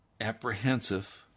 apprehensive